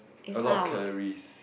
a lot of calories